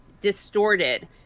distorted